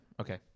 Okay